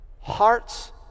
hearts